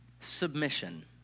submission